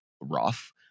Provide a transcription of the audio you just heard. rough